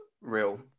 real